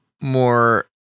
More